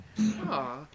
Aw